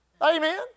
Amen